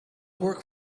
work